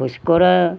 খোজকঢ়া